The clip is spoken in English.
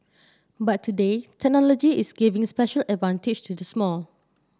but today technology is giving special advantage to the small